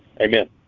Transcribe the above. Amen